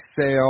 sale